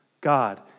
God